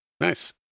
nice